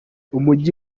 umugi